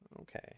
Okay